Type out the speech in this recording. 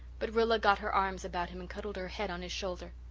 but rilla got her arms about him and cuddled her head on his shoulder.